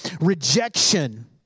rejection